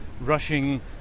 rushing